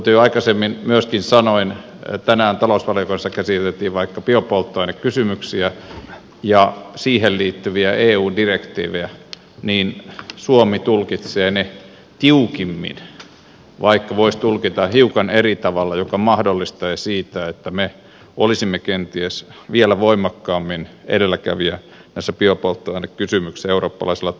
kuten myöskin jo aikaisemmin sanoin tänään talousvaliokunnassa käsiteltiin esimerkiksi biopolttokysymyksiä ja siihen liittyviä eu direktiivejä ja suomi tulkitsee ne tiukimmin vaikka voisi tulkita hiukan eri tavalla joka mahdollistaisi sen että me olisimme kenties vielä voimakkaammin edelläkävijä näissä biopolttoainekysymyksissä eurooppalaisella tasolla